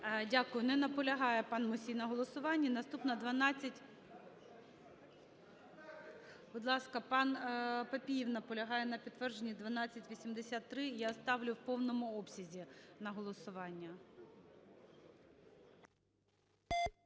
Дякую. Не наполягає пан Мусій на голосуванні. Наступна – 12... (Шум у залі) Будь ласка, пан Папієв наполягає на підтвердженні 1283. Я ставлю в повному обсязі на голосування.